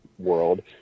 world